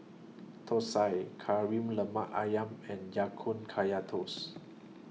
Thosai Kari Lemak Ayam and Ya Kun Kaya Toast